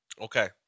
Okay